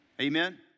Amen